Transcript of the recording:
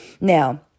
Now